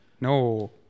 No